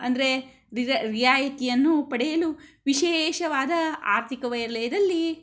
ಅಂದರೆ ರಿಸೆ ರಿಯಾಯಿತಿಯನ್ನು ಪಡೆಯಲು ವಿಶೇಷವಾದ ಆರ್ಥಿಕ ವಲಯದಲ್ಲಿ